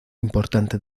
importante